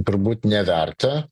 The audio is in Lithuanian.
turbūt neverta